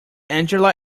angela